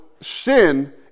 sin